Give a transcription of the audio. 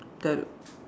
tell a